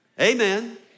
Amen